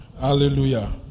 Hallelujah